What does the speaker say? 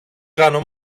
κάνω